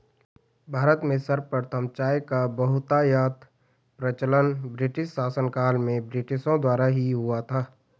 भारत में सर्वप्रथम चाय का बहुतायत प्रचलन ब्रिटिश शासनकाल में ब्रिटिशों द्वारा ही हुआ था